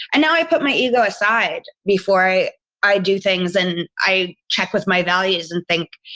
and now i put my ego aside before i i do things and i check with my values and think,